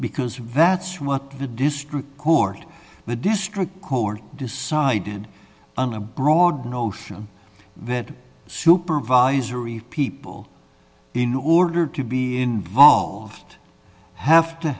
because vats what the district court the district court decided on a broad notion that supervisory people in order to be involved have to